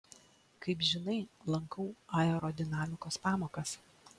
kaip žinai lankau aerodinamikos pamokas